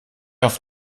auf